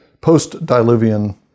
post-Diluvian